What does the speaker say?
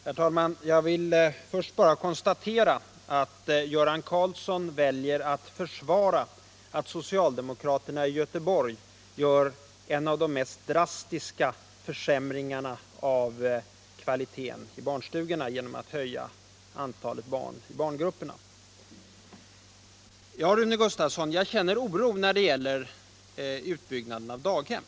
Herr talman! Jag vill först bara konstatera att Göran Karlsson väljer att försvara att socialdemokraterna i Göteborg gör en av de mest drastiska försämringarna av kvaliteten i barnstugorna genom att höja antalet barn i barngrupperna. Ja, Rune Gustavsson, jag känner oro när det gäller utbyggnaden av daghem.